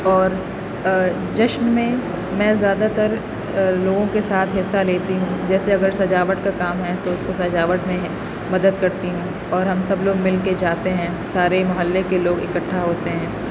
اور جشن میں میں زیادہ تر لوگوں کے ساتھ حصہ لیتی ہوں جیسے اگر سجاوٹ کا کام ہے تو اس کو سجاوٹ میں مدد کرتی ہوں اور ہم سب لوگ مل کے جاتے ہیں سارے محلے کے لوگ اکٹھا ہوتے ہیں